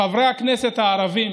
חברי הכנסת הערבים